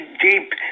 deep